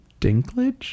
dinklage